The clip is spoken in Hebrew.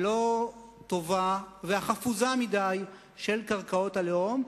הלא-טובה והחפוזה מדי של קרקעות הלאום,